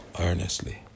earnestly